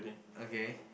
okay